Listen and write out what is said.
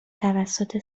توسط